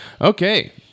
Okay